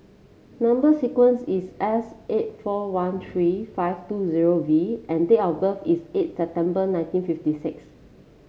number sequence is S eight four one three five two zero V and date of birth is eight September nineteen fifty six